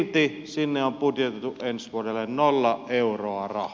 silti sinne on budjetoitu ensi vuodelle nolla euroa rahaa